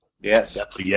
Yes